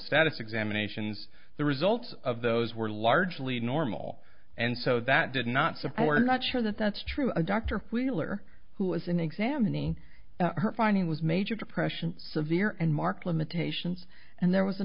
status examinations the results of those were largely normal and so that did not support i'm not sure that that's true dr wheeler who was an examining her finding was major depression severe and mark limitations and there was a